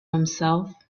himself